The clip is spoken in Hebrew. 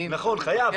נכון, חייב.